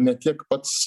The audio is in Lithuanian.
ne tiek pats